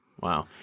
Wow